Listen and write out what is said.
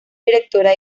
directora